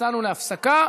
יצאנו להפסקה,